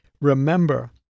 remember